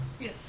Yes